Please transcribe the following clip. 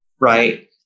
right